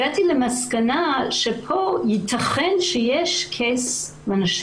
הגעתי למסקנה שפה יכול להיות קייס לנשים